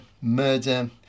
murder